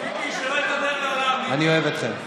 אני אוהב אתכם.